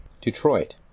Detroit